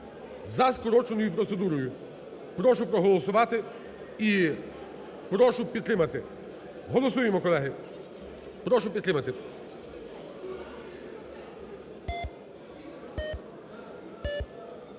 за скороченою процедурою. Прошу проголосувати і прошу підтримати, голосуємо, колеги, прошу підтримати.